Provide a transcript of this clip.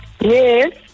Yes